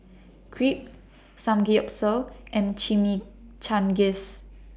Crepe Samgeyopsal and Chimichangas